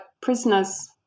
prisoners